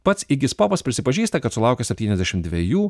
pats įgis popas prisipažįsta kad sulaukęs septyniasdešimt dvejų